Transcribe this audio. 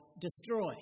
destroy